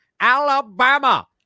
Alabama